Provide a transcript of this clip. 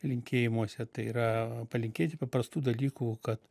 linkėjimuose tai yra palinkėti paprastų dalykų kad